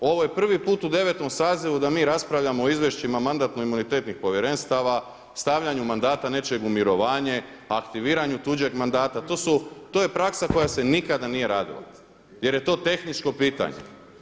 Ovo je prvi put u 9. sazivu da mi raspravljamo o izvješćima Mandatno-imunitetnog povjerenstva, stavljanju mandata nečijeg u mirovanje, aktiviranju tuđeg mandata, to je praksa koja se nikada nije radila jer je to tehničko pitanje.